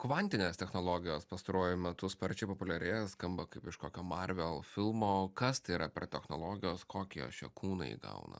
kvantinės technologijos pastaruoju metu sparčiai populiarėja skamba kaip iš kokio marvel filmo kas tai yra per technologijos kokį jos čia kūną įgauna